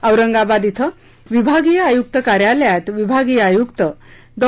औरंगाबाद इथं विभागीय आयुक्त कार्यालयात विभागीय आयुक्त डॉ